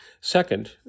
Second